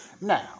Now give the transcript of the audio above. Now